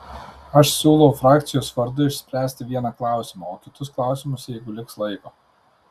aš siūlau frakcijos vardu išspręsti vieną klausimą o kitus klausimus jeigu liks laiko